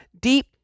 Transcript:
deep